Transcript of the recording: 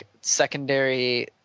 secondary